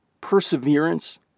perseverance